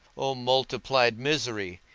o multiplied misery!